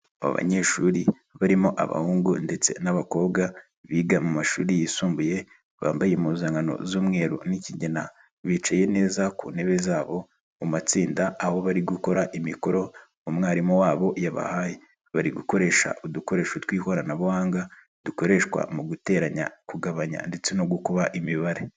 Abanyeshuri barimo abahungu ndetse n'abakobwa biga mu mashuri yisumbuye, bambaye impuzankano z'umweru n'ikigina, bicaye neza ku ntebe zabo mu matsinda aho bari gukora imikoro umwarimu wabo yabahaye, bari gukoresha udukoresho tw'ikoranabuhanga dukoreshwa mu guteranya, kugabanya ndetse no gukuba imibare.